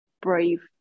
brave